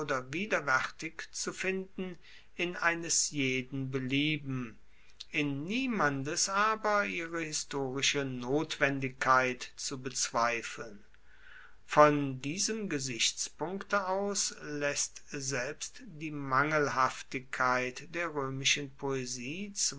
widerwaertig zu finden in eines jeden belieben in niemandes aber ihre historische notwendigkeit zu bezweifeln von diesem gesichtspunkte aus laesst selbst die mangelhaftigkeit der roemischen poesie